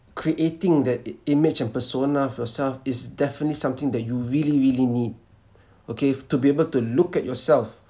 creating that i~ image and persona for yourself is definitely something that you really really need okay f~ to be able to look at yourself